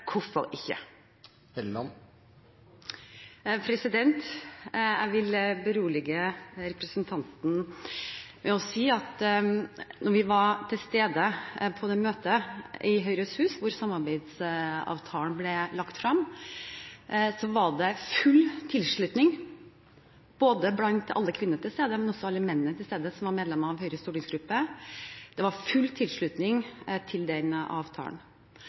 si at da vi var til stede på det møtet i Høyres hus hvor samarbeidsavtalen ble lagt frem, var det full tilslutning både fra alle kvinnene og fra mennene, som var medlem av Høyres stortingsgruppe. Det var full tilslutning til den avtalen.